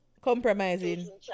compromising